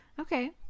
okay